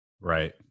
right